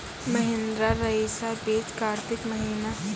महिंद्रा रईसा बीज कार्तिक महीना?